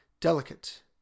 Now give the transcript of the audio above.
Delicate